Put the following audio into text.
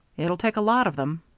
it'll take a lot of them.